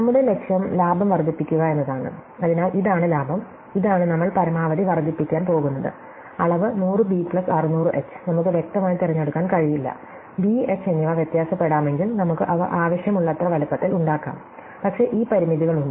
നമ്മുടെ ലക്ഷ്യം ലാഭം വർദ്ധിപ്പിക്കുക എന്നതാണ് അതിനാൽ ഇതാണ് ലാഭം ഇതാണ് നമ്മൾ പരമാവധി വർദ്ധിപ്പിക്കാൻ പോകുന്നത് അളവ് 100 ബി പ്ലസ് 600 എച്ച് നമുക്ക് വ്യക്തമായി തിരഞ്ഞെടുക്കാൻ കഴിയില്ല ബി എച്ച് എന്നിവ വ്യത്യാസപ്പെടാമെങ്കിൽ നമുക്ക് അവ ആവശ്യമുള്ളത്ര വലുപ്പത്തിൽ ഉണ്ടാക്കാം പക്ഷേ ഈ പരിമിതികളുണ്ട്